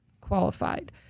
qualified